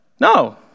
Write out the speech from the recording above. No